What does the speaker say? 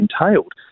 entailed